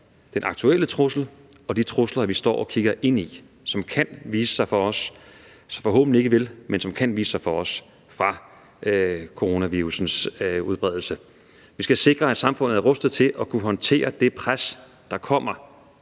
den aktuelle trussel og de trusler, vi står og kigger ind i – som forhåbentlig ikke vil, men som kan vise sig for os – fra coronavirussens udbredelse. Vi skal sikre, at samfundet er rustet til at kunne håndtere det pres, der kommer,